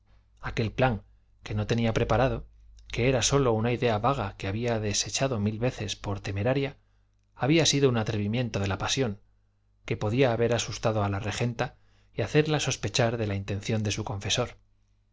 aquel plan que no tenía preparado que era sólo una idea vaga que había desechado mil veces por temeraria había sido un atrevimiento de la pasión que podía haber asustado a la regenta y hacerla sospechar de la intención de su confesor